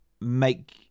make